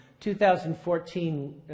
2014